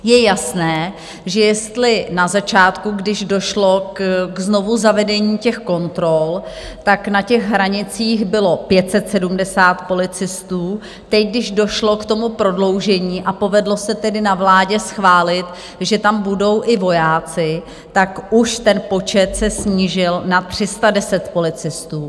Je jasné, že na začátku, když došlo k znovuzavedení kontrol, na hranicích bylo 570 policistů, teď, když došlo k prodloužení, a povedlo se tedy na vládě schválit, že tam budou i vojáci, tak už ten počet se snížil na 310 policistů.